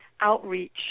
outreach